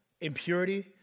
impurity